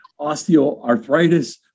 osteoarthritis